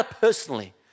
personally